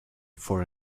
for